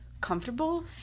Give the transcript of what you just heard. comfortable